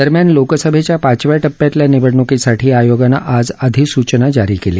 दरम्यान लोकसभेच्या पाचव्या टप्प्यातल्या निवडणूकीसाठी आयोगानं आज अधिसुचना जारी केली